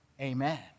Amen